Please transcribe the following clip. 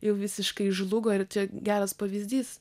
jau visiškai žlugo ir geras pavyzdys